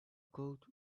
gold